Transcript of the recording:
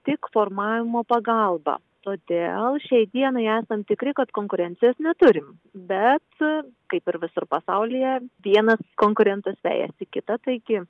tik formavimo pagalba todėl šiai dienai esam tikri kad konkurencijos neturim bet kaip ir visur pasaulyje vienas konkurentas vejasi kitą taigi